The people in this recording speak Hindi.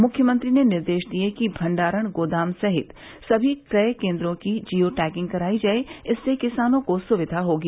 मुख्यमंत्री ने निर्देश दिया कि भण्डारण गोदाम सहित सभी क्रय केन्द्रों की जियो टैगिंग करायी जाय इससे किसानों को सुविधा होगी